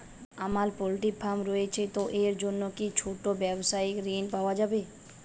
আমার poultry farm রয়েছে তো এর জন্য কি কোনো ছোটো ব্যাবসায়িক ঋণ পাওয়া যাবে?